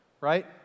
right